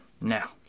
now